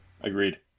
Agreed